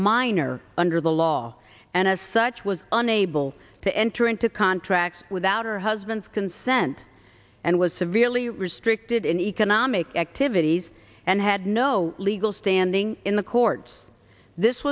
minor under the law and as such was unable to enter into contracts without her husband's consent and was severely restricted in economic activities and had no legal standing in the courts this